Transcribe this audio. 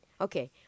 Okay